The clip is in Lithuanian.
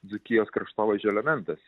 dzūkijos kraštovaizdžio elementas